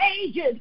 ages